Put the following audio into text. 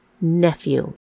nephew